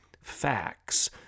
facts